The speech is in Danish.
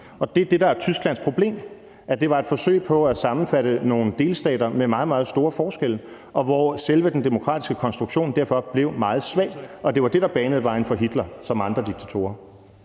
der var Tysklands problem, altså at det var et forsøg på at sammenfatte nogle delstater med meget, meget store forskelle, og hvor selve den demokratiske konstruktion derfor blev meget svag. Det var det, der banede vejen for Hitler, ligesom det er